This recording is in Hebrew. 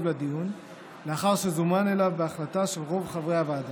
לדיון לאחר שזומן אליו בהחלטה של רוב חברי הוועדה,